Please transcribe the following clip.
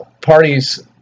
parties